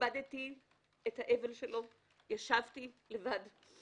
כיבדתי את האבל עליו, ישבתי לבד.